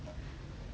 over they got my no